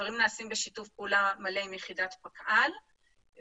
הדברים נעשים בשיתוף פעולה מלא עם יחידת פקא"ל (יחידה